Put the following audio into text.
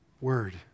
word